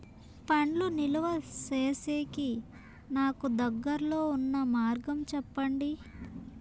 పండ్లు నిలువ సేసేకి నాకు దగ్గర్లో ఉన్న మార్గం చెప్పండి?